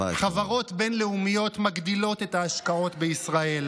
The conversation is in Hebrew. חברות בין-לאומיות מגדילות את ההשקעות בישראל,